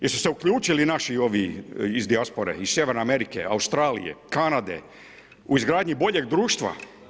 Jesu se uključili naši ovi iz dijaspore, iz Sjeverne Amerike, Australije, Kanade u izgradnji boljeg društva?